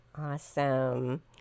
Awesome